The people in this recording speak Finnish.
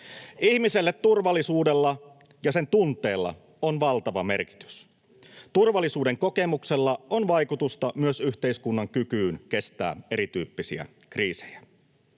Ihmiselle turvallisuudella ja sen tunteella on valtava merkitys. Turvallisuudenkokemuksella on vaikutusta myös yhteiskunnan kykyyn kestää erityyppisiä kriisejä.